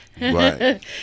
Right